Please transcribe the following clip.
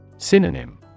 Synonym